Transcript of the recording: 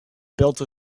built